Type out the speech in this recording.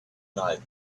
night